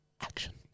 Action